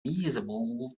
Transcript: visible